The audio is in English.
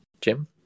Jim